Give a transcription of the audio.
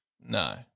No